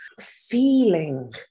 feeling